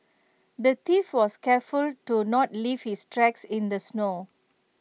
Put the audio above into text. the thief was careful to not leave his tracks in the snow